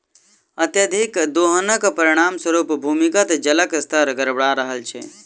अत्यधिक दोहनक परिणाम स्वरूप भूमिगत जलक स्तर गड़बड़ा रहल छै